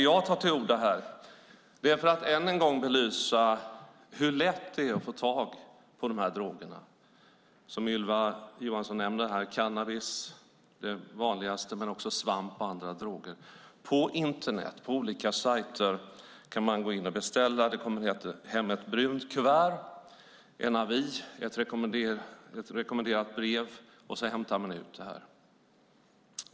Jag tar till orda här för att än en gång belysa hur lätt det är att få tag i de droger som Ylva Johansson nämner - cannabis är det vanligaste, men det är också svamp och andra droger - på Internet. Man kan gå in och beställa på olika sajter. Det kommer hem ett brunt kuvert. Det är en avi och ett rekommenderat brev. Och så hämtar man ut det här.